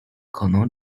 可能